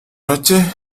noche